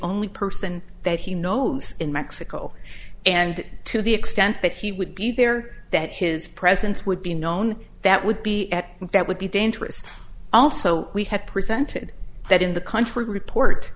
only person that he knows in mexico and to the extent that he would be there that his presence would be known that would be at that would be dangerous also we have presented that in the country report